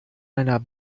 einer